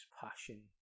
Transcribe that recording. passion